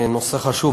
נושא חשוב.